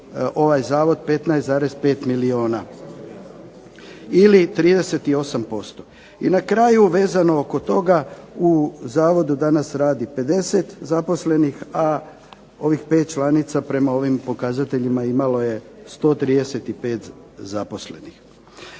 ovaj zavod 15,5 milijuna. Ili 38%. I na kraju vezano oko toga u zavodu danas radi 50 zaposlenih, a ovih pet članica prema ovim pokazateljima imalo je 135 zaposlenih.